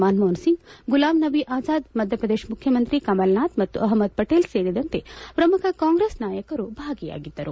ಮನಮೋಹನಸಿಂಗ್ ಗುಲಾಂ ನಭಿ ಆಜಾದ್ ಮಧ್ಯಪ್ರದೇಶ ಮುಖ್ಯಮಂತ್ರಿ ಕಮಲನಾಥ್ ಮತ್ತು ಅಹ್ಮದ್ ಪಟೇಲ್ ಸೇರಿದಂತೆ ಪ್ರಮುಖ ಕಾಂಗ್ರೆಸ್ ನಾಯಕರು ಭಾಗಿಯಾಗಿದ್ದರು